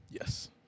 Yes